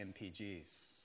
MPGs